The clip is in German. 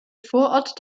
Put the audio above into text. vorort